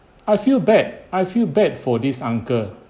I feel bad I feel bad for this uncle